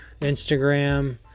instagram